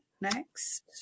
next